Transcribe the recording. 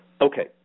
okay